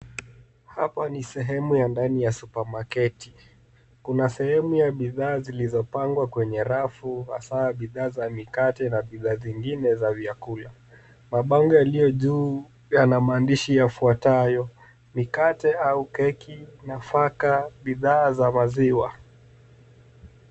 Hapa ni sehemu ya ndani ya supamaketi . Kuna sehemu ya bidhaa zilizopangwa kwenye rafu, hasa bidhaa za mikate na bidhaa zingine za vyakula. Mabango yaliyo juu yana maandishi yafuatayo: "Mikate au keki, Nafaka, Bidhaa za maziwa".